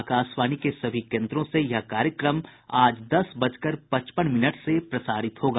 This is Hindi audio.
आकाशवाणी के सभी केन्द्रों से यह कार्यक्रम आज दस बजकर पचपन मिनट से प्रसारित होगा